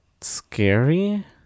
scary